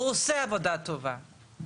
והוא עושה עבודה טובה.